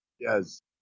Yes